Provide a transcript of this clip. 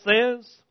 says